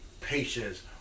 patience